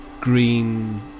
green